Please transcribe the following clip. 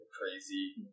Crazy